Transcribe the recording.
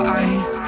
eyes